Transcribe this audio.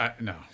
No